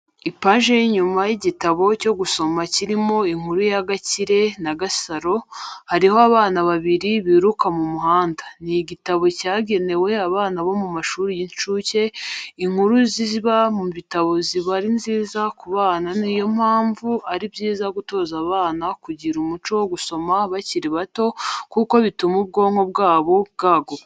Ipaji y'inyuma y'igitabo cyo gusoma kirimo inkuru ya Gakire na Gasaro, hariho abana babiri biruka mu muhanda, ni igitabo cyagenewe abana bomu mashuri y'insuke. Inkuru ziba mu bitabo ziba ari nziza ku bana niyo mpamvu ari byiza gutoza abana kugira umuco wo gusoma bakiri bato kuko bituma ubwonko bwabo bwaguka